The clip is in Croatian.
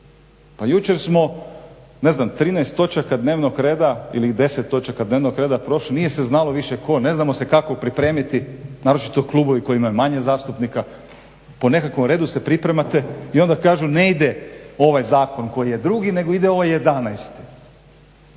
Pa jučer smo ne znam 13 točaka dnevnog reda ili 10 točaka dnevnog reda prošli, nije se znalo više tko, ne znamo se kako pripremiti, naročito klubovi koji imaju manje zastupnika. Po nekakvom redu se pripremate i onda kažu ne ide ovaj zakon koji je drugi nego ide ovaj